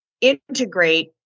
integrate